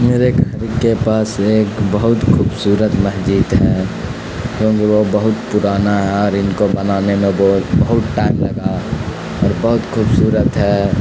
میرے گھر کے پاس ایک بہت خوبصورت مسجد ہے کیونکہ وہ بہت پرانا ہے اور ان کو بنانے میں بہت بہت ٹائم لگا اور بہت خوبصورت ہے